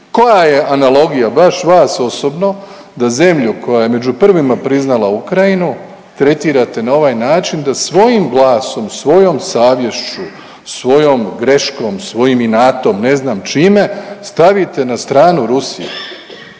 koja je analogija baš vas osobno da zemlju koja je među prvima priznala Ukrajinu tretirate na ovaj način da svojim glasom, svojom savješću, svojom greškom, svojim inatom ne znam čime stavite na stranu Rusije.